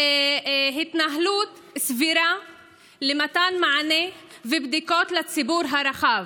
התנהלות סבירה למתן מענה ובדיקות לציבור הרחב.